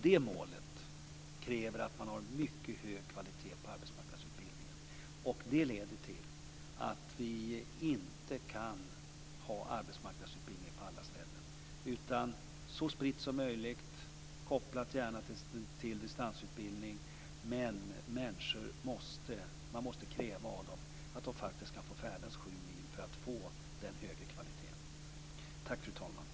Det målet kräver att man har mycket hög kvalitet på arbetsmarknadsutbildningen. Det leder till att vi inte kan ha arbetsmarknadsutbildning på alla ställen. Den skall ligga så spritt som möjligt, gärna kopplad till distansutbildning. Man måste kräva av människor att de färdas sju mil för att få den högre kvaliteten.